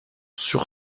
sur